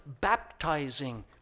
baptizing